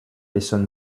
listen